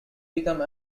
become